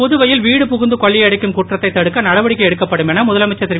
புதுவையில் வீடு புகுந்து கொள்ளையடிக்கும் குற்றத்தை தடுக்க நடவடிக்கை எடுக்கப்படும் என முதலமைச்சர் திரு